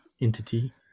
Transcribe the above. entity